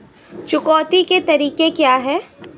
चुकौती के तरीके क्या हैं?